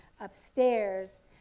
upstairs